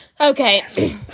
okay